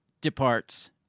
departs